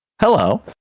Hello